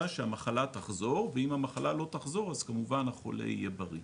שהמחלה תחזור ואם המחלה לא תחזור אז כמובן החולה יהיה בריא,